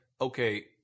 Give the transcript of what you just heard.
okay